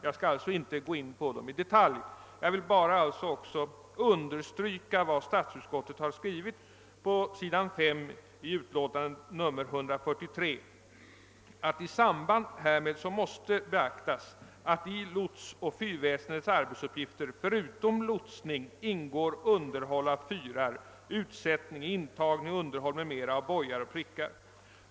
Jag skall inte gå in i detaljer utan vill endast understryka vad statsutskottet har skrivit på s. 5 i utlåtandet nr 143: »I samband härmed måste ——— beaktas att i lotsoch fyrväsendets arbetsuppgifter förutom lotsning ingår underhåll av fyrar, utsättning, intagning och underhåll m.m. av bojar och prickar etc.